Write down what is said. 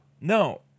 No